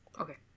Okay